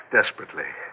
desperately